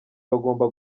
bagomba